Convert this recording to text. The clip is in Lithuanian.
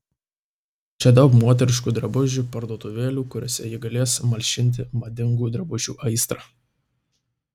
čia daug moteriškų drabužių parduotuvėlių kuriose ji galės malšinti madingų drabužių aistrą